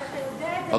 הרי אתה יודע את זה,